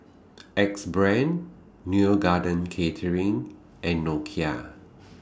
Axe Brand Neo Garden Catering and Nokia